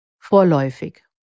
vorläufig